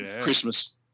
Christmas